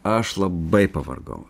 aš labai pavargau